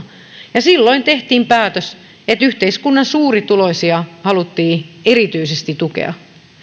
ja silloin tehtiin päätös että yhteiskunnan suurituloisia haluttiin erityisesti tukea